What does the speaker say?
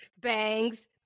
Bangs